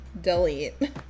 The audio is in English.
delete